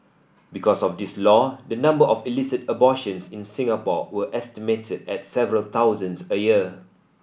because of this law the number of illicit abortions in Singapore were estimated at several thousands a year